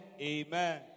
Amen